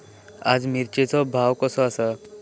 आज मिरचेचो भाव कसो आसा?